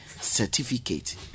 certificate